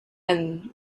and